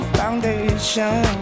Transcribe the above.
foundation